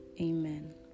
Amen